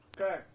Okay